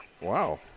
Wow